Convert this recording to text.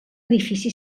edifici